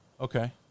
Okay